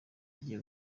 agiye